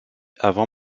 avant